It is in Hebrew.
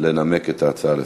לנמק את ההצעה לסדר-היום.